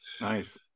Nice